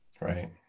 Right